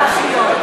הרשויות.